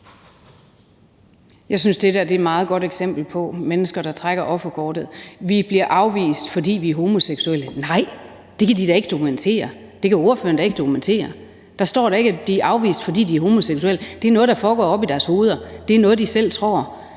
Jeg synes, det der er et meget godt eksempel på mennesker, der trækker offerkortet: Vi bliver afvist, fordi vi er homoseksuelle. Nej, det kan de da ikke dokumentere; det kan ordføreren da ikke dokumentere. Der står da ikke, at de er afvist, fordi de er homoseksuelle. Det er noget, der foregår oppe i deres hoveder; det er noget, de selv tror.